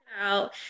out